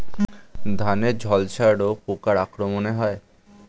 ধানের ঝলসা রোগ পোকার আক্রমণে হয়?